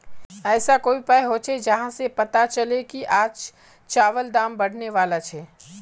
ऐसा कोई उपाय होचे जहा से पता चले की आज चावल दाम बढ़ने बला छे?